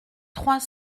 trois